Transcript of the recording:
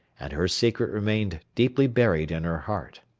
and her secret remained deeply buried in her heart.